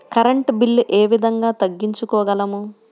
Current bill ఏ విధంగా తగ్గించుకోగలము?